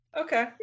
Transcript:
Okay